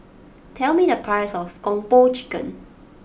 tell me the price of Kung Po Chicken